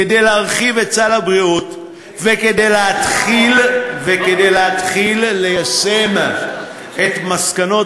כדי להרחיב את סל הבריאות וכדי להתחיל ליישם את מסקנות